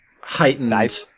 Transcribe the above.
heightened